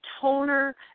toner